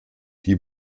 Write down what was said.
die